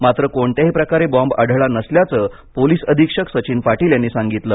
मात्र कोणत्याही प्रकारे बॉम्ब आढळला नसल्याचं पोलीस अधीक्षक सचिन पाटील यांनी सांगितले